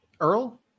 Earl